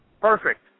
Perfect